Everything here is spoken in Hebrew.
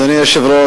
אדוני היושב-ראש,